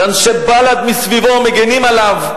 שאנשי בל"ד מסביבו מגינים עליו,